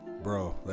bro